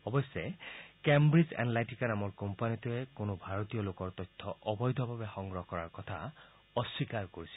অৱশ্যে Cambridge Analytica নামৰ কোম্পানীটোৱে কোনো ভাৰতীয় লোকৰ তথ্য অবৈধভাৱে সংগ্ৰহ কৰাৰ কথা অস্বীকাৰ কৰিছিল